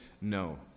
no